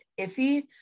iffy